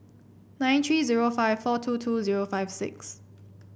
nine three zero five four two two zero five six